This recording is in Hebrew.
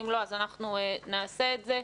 אם לא, אז אנחנו נעשה את זה.